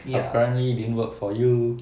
apparently didn't work for you